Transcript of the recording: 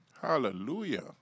Hallelujah